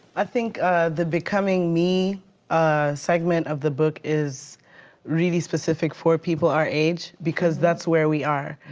i think the becoming me segment of the book is really specific for people our age because that's where we are.